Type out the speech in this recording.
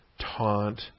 taunt